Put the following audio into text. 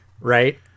right